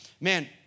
man